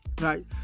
Right